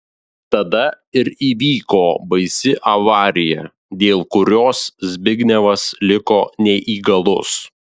tada ir įvyko baisi avarija dėl kurios zbignevas liko neįgalus